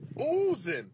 oozing